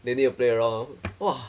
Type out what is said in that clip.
they need to play around !wah!